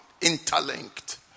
Interlinked